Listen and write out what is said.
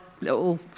little